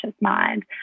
mind